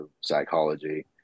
psychology